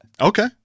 Okay